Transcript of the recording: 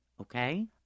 Okay